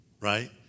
right